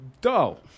dull